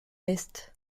l’est